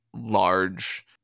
large